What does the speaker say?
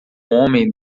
homem